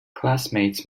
classmates